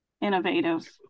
innovative